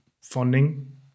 funding